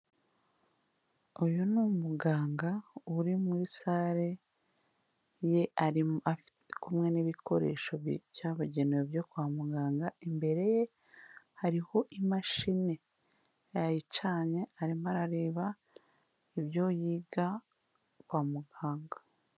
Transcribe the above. Uyu ni umuganga uri muri salle ye ari kumwe n'ibikoresho byabugenewe byo kwa muganga, imbere ye hariho imashini yayicanye arimo arareba ibyo yiga kwa muganga.